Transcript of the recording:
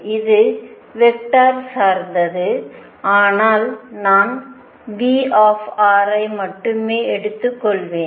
இது வெக்டர் சார்ந்தது ஆனால் நான் V ஐ மட்டுமே எடுத்துக்கொள்வேன்